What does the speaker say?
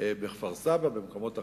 בכפר-סבא ובמקומות אחרים.